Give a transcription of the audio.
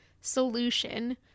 solution